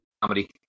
Comedy